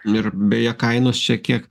ir beje kainos čia kiek